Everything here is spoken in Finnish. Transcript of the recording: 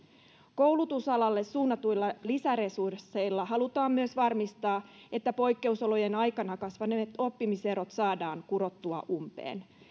koulutusalalle suunnatuilla lisäresursseilla halutaan myös varmistaa että poikkeusolojen aikana kasvaneet oppimiserot saadaan kurottua umpeen